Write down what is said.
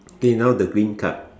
okay now the green card